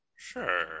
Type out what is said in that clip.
Sure